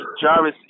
Jarvis